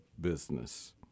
business